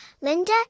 linda